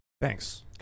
Thanks